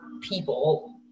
people